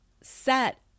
set